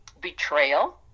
betrayal